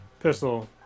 Pistol